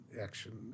action